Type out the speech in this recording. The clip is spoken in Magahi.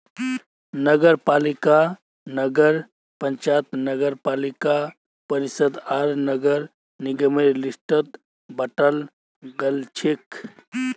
नगरपालिकाक नगर पंचायत नगरपालिका परिषद आर नगर निगमेर लिस्टत बंटाल गेलछेक